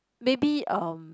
maybe um